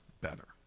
better